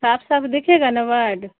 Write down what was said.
صاف صاف دکھے گا نا ورڈ